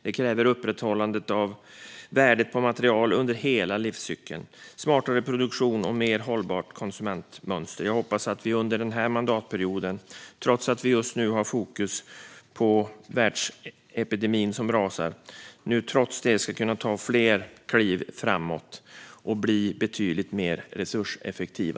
Det kräver upprätthållandet av värdet på material under hela livscykeln, smartare produktion och mer hållbart konsumentmönster. Jag hoppas att vi under den här mandatperioden, trots att vi just nu har fokus på den världsepidemi som rasar, ska kunna ta fler kliv framåt och bli betydligt mer resurseffektiva.